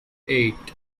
eight